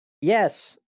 Yes